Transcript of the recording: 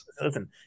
Listen